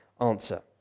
answer